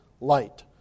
light